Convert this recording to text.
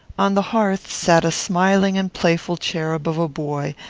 on the hearth sat a smiling and playful cherub of a boy,